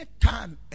time